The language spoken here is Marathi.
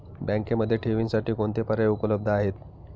बँकेमध्ये ठेवींसाठी कोणते पर्याय उपलब्ध आहेत?